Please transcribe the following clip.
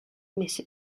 mrs